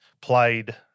played